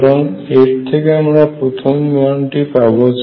সুতরাং এর থেকে আমরা প্রথম মান টি 0 পাব